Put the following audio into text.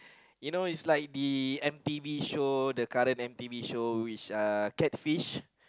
you know it's like the N_T_V show the current N_T_V show which are catch fish